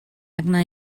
arna